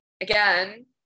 again